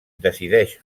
decideix